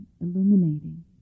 illuminating